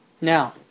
Now